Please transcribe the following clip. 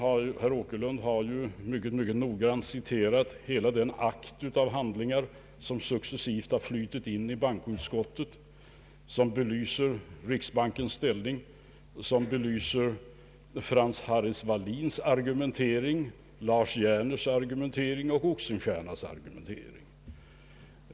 Herr Åkerlund har ju mycket noggrant citerat hela den akt av handlingar som successivt flutit in till bankoutskottet och som belyser riksbankens ställning, Frank Hallis Wallins argumentering, Lars Hjerners argumentering och Oxenstiernas argumentering.